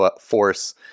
force